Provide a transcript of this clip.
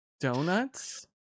donuts